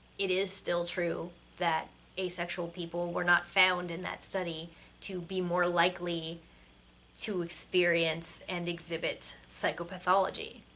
it is still true that asexual people were not found in that study to be more likely to experience and exhibit psychopathology.